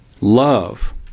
Love